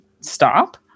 stop